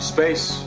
Space